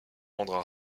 rendra